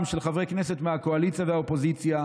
של חברי כנסת מהקואליציה ומהאופוזיציה.